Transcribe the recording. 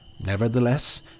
Nevertheless